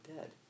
dead